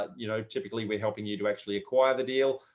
you know typically we're helping you to actually acquire the deal.